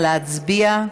נא להצביע.